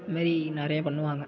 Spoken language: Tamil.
இந்தமாரி நிறைய பண்ணுவாங்க